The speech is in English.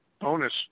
bonus